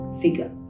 figure